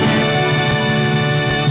and